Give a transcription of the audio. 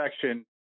section